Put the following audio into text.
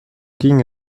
ging